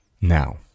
Now